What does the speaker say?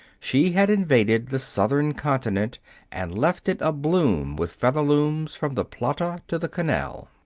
she had invaded the southern continent and left it abloom with featherlooms from the plata to the canal.